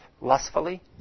lustfully